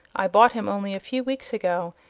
i bought him only a few weeks ago,